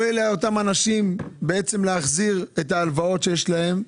לא יהיה לאותם אנשים איך להחזיר את ההלוואות שיש להם.